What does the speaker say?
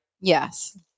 Yes